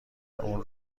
اون